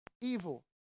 evil